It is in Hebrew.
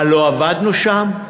מה, לא עבדנו שם?